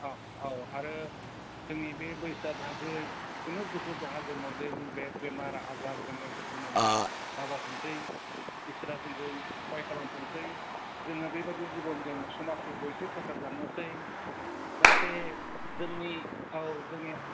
औ औ आरो जोंनि बे बैसोआ दा जे खुनु दुखु दाहा जोंनाव जेन बे बेमार आजार जोङो जेन' दाजाथोंसै इसोरा जोंखौ सहाय खालामथोंसै जोङो बेबायदि जिबनजों समाजफोरखौ एसे फोसाबलांनोसै जाहाथे जोंनि औ जोंनि